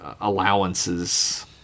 allowances